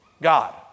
God